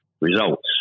results